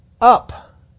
up